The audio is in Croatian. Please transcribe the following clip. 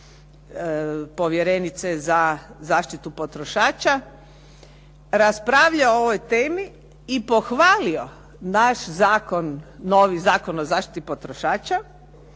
povjerenice za zaštitu potrošača raspravljao o ovoj temi i pohvalio naš zakon, novi Zakon o zaštiti potrošača